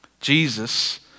Jesus